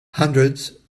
hundreds